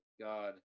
God